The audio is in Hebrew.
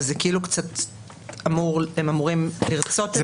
אז הם אמורים לרצות את זה.